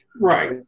Right